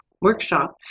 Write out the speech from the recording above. workshop